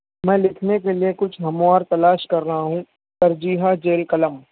میں لکھنے کے لئے کچھ ہوم ورک تلاش کر رہا ہوں اور جی ہاں جیل قلم